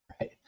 right